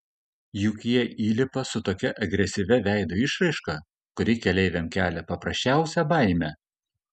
juk jie įlipa su tokia agresyvia veido išraiška kuri keleiviams kelia paprasčiausią baimę